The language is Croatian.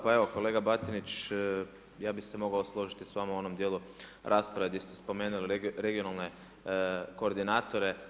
Pa evo kolega Batinić, ja bih se mogao složiti sa vama u onom dijelu rasprave gdje ste spomenuli regionalne koordinatore.